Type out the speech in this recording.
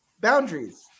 boundaries